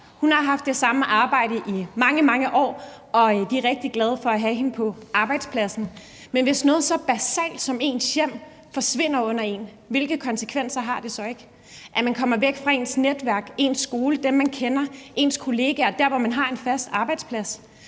mor har haft det samme arbejde i mange, mange år, og de er rigtig glade for at have hende på arbejdspladsen, men hvis noget så basalt som ens hjem forsvinder under en, hvilke konsekvenser har det så ikke? Hvilke konsekvenser har det ikke, at man kommer væk fra ens netværk, ens skole, dem, man kender, ens kollegaer, og det sted, hvor man har sin faste arbejdsplads?